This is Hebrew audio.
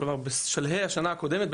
כלומר בשלהי השנה הקודמת,